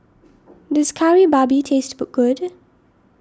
does Kari Babi taste good